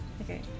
okay